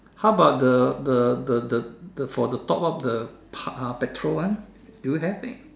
how about the the the the the for the top up the pa~ uh petrol one do you have anything